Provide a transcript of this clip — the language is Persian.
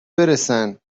برسن